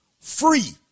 free